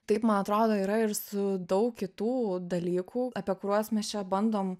taip man atrodo yra ir su daug kitų dalykų apie kuriuos mes čia bandom